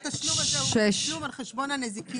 התשלום הזה הוא תשלום על חשבון הנזיקין,